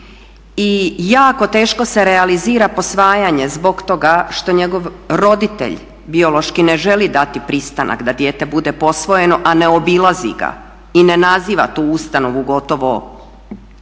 i jako teško se realizira posvajanje zbog toga što njegov roditelj biološki ne želi dati pristanak da dijete bude posvojeno a ne obilazi ga i ne naziva tu ustanovu gotovo,